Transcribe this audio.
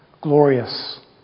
glorious